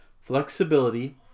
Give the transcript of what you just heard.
flexibility